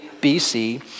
BC